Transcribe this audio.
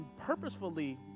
purposefully